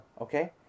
Okay